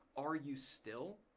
are you still,